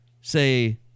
say